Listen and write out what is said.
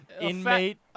inmate